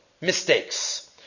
mistakes